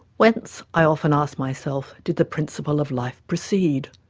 whence, i often asked myself, did the principle of life proceed?